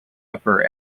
upper